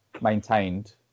maintained